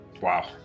Wow